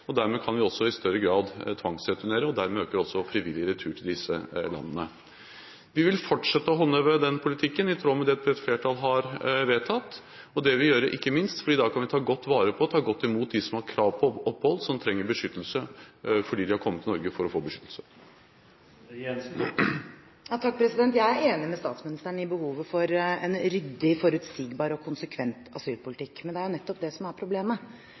Dermed kan vi også i større grad tvangsreturnere, og dermed øker også frivillig retur til disse landene. Vi vil fortsette å håndheve den politikken, i tråd med det et bredt flertall har vedtatt. Det vil vi gjøre, ikke minst fordi vi da kan ta godt vare på, og ta godt imot, dem som har krav på opphold, dem som trenger beskyttelse – fordi de har kommet til Norge for å få beskyttelse. Jeg er enig med statsministeren om behovet for en ryddig, forutsigbar og konsekvent asylpolitikk. Men det er jo nettopp det som er problemet.